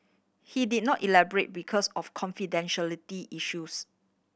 he did not elaborate because of confidentiality issues